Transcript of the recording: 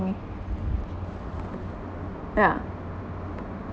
yeah